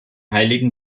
heiligen